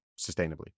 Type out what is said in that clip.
sustainably